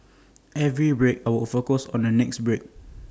every break I would focus on the next break